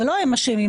זה לא הם אשמים.